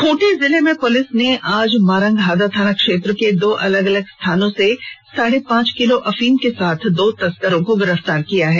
खूंटी जिले में पुलिस ने आज मारंगहादा थाना क्षेत्र के दो अलग अलग स्थानों से साढ़े पांच किलो अफीम के साथ दो तस्करों को गिरफ्तार किया है